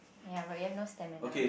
ya but then no stamina